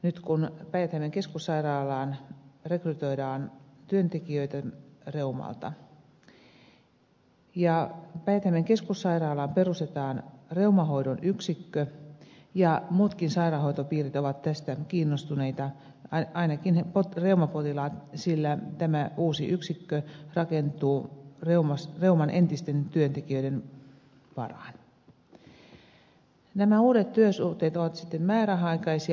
nyt kun päijät hämeen keskussairaalaan rekrytoidaan työntekijöitä reumalta ja päijät hämeen keskussairaalaan perustetaan reumahoidon yksikkö ja muutkin sairaanhoitopiirit ovat tästä kiinnostuneita ainakin reumapotilaat sillä tämä uusi yksikkö rakentuu reuman entisten työntekijöiden varaan niin nämä uudet työsuhteet ovat määräaikaisia